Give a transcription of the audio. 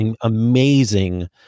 amazing